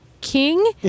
King